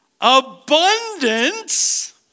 abundance